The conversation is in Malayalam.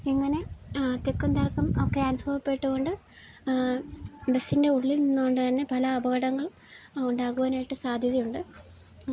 ഇങ്ങനെ തിക്കും തിരക്കും ഒക്കെ അനുഭവപ്പെട്ടു കൊണ്ട് ബസ്സിൻ്റെ ഉള്ളിൽ നിന്ന് കൊണ്ട് തന്നെ പല അപകടങ്ങൾ ഉണ്ടാകുവാനായിട്ട് സാധ്യതയുണ്ട്